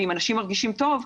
ואם אנשים מרגישים טוב,